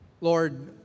Lord